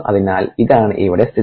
അതിനാൽ ഇതാണ് ഇവിടെ സ്ഥിതി